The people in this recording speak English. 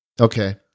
Okay